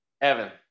Evan